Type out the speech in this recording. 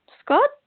Scott